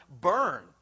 burn